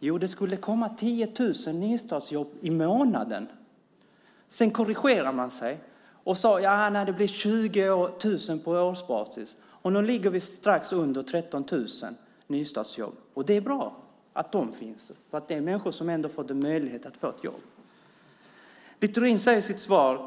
Jo, det skulle komma 10 000 nystartsjobb i månaden. Sedan korrigerade man sig och sade att det blir 20 000 på årsbasis. Nu ligger vi strax under 13 000 nystartsjobb. Det är bra att de finns och att det är människor som ändå har fått en möjlighet att få ett jobb. Littorin säger i sitt svar att